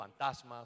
fantasmas